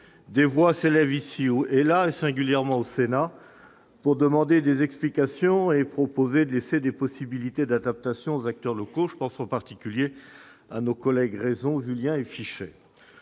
Des voix se sont élevées ici et là, singulièrement au Sénat, pour demander des explications et proposer de laisser des possibilités d'adaptation aux acteurs locaux. Je pense en particulier à nos collègues Raison, Vullien et Fichet.